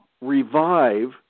revive